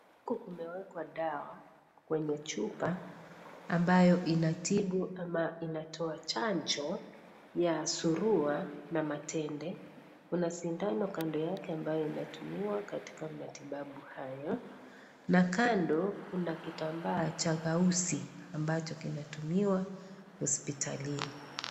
Huku kumewekwa dawa kwenye chupa ambayo inatibu ama inatoa chanjo ya suluwa na matende na sindano kando yake ambayo inatumiwa katika matibabu haya na kando kuna kitambaa cha kausi ambacho kinatumiwa hospitalini.